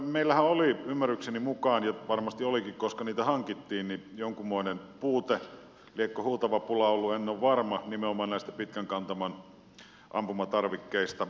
meillähän oli ymmärrykseni mukaan ja varmasti olikin koska niitä hankittiin jonkunmoinen puute liekö huutava pula ollut en ole varma nimenomaan näistä pitkän kantaman ampumatarvikkeista